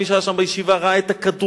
מי שהיה שם בישיבה ראה את הכדורים